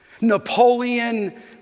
Napoleon